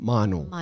Mano